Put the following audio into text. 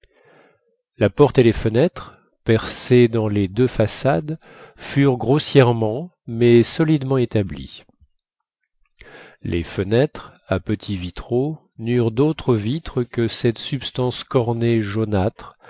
la porte et les fenêtres percées dans les deux façades furent grossièrement mais solidement établies les fenêtres à petits vitraux n'eurent d'autres vitres que cette substance cornée